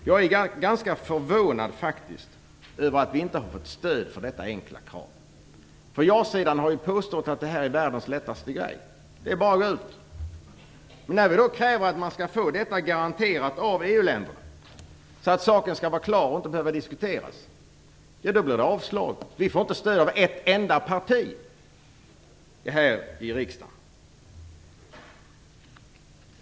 Jag är faktiskt ganska förvånad över att vi inte har fått stöd för detta enkla krav. Ja-sidan har ju påstått att detta är världens lättaste grej. Det är bara att gå ut. När vi då kräver att man skall få detta garanterat av EU-länderna, så att saken skall vara klar och inte behöver diskuteras, blir det avslag på vår begäran. Vi får inte stöd av ett enda parti här i riksdagen.